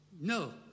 No